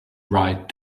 right